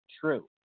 true